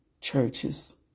Churches